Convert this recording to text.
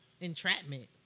entrapment